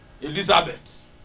Elizabeth